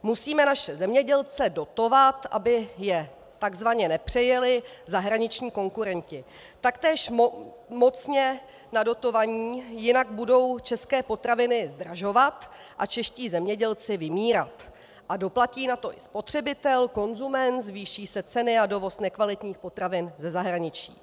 Musíme naše zemědělce dotovat, aby je tzv. nepřejeli zahraniční konkurenti, taktéž mocně nadotovaní, jinak budou české potraviny zdražovat a čeští zemědělci vymírat a doplatí na to i spotřebitel, konzument, zvýší se ceny a dovoz nekvalitních potravin ze zahraničí.